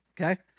Okay